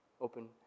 open